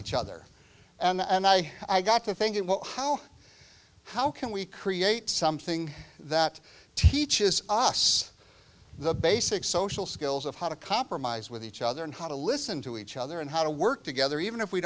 each other and i i got to thinking well how how can we create something that teaches us the basic social skills of how to compromise with each other and how to listen to each other and how to work together even if we